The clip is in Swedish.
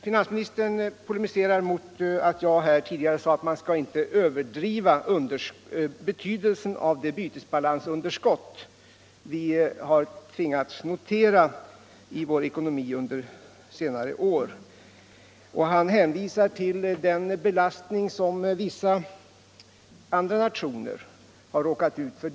Sedan polemiserade finansministern mot vad jag tidigare sade, att man inte skall överdriva betydelsen av ett bytesbalansunderskott som vi har tvingats notera i vår ekonomi under senare år. Finansministern hänvisade där till den belastning som vissa andra nationer har råkat ut för.